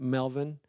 Melvin